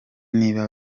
niba